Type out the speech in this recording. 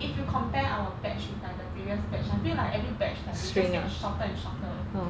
if you compare our batch with like the previous batch I feel like every batch lah you just get shorter and shorter